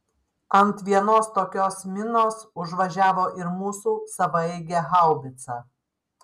ant vienos tokios minos užvažiavo ir mūsų savaeigė haubica